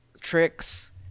tricks